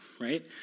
right